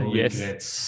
yes